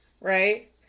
right